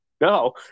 No